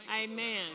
amen